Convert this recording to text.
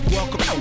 Welcome